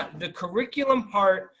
the curriculum part,